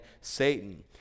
Satan